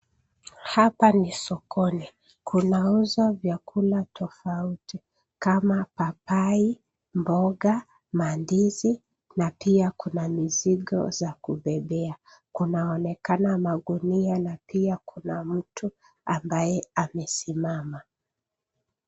Hapa ni sokoni, kunauzwa vyakula tofauti kama papai, mboga, mandizi na pia kuna mizigo za kubebea. Kunaonekana magunia na pia kuna mtu ambaye amesimama.